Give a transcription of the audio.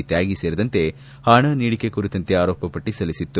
ತ್ಲಾಗಿ ಸೇರಿದಂತೆ ಹಣ ನೀಡಿಕೆ ಕುರಿತಂತೆ ಆರೋಪ ಪಟ್ಟ ಸಲ್ಲಿಸಿತ್ತು